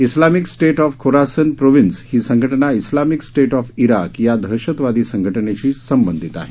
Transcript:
Islamic State of Khorasan province ही संघटना Islamic State of Iraq या दहशतवादी संघटनेशी संबंधित आहे